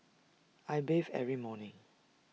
I bathe every morning